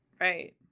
Right